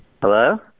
Hello